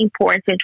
important